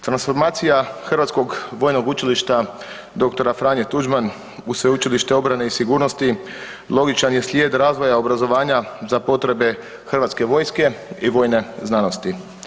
Transformacija Hrvatskog vojnog učilišta „Dr. Franjo Tuđman“ u Sveučilište obrane i sigurnosti logičan je slijed razvoja obrazovanja za potrebe HV-a i vojne znanosti.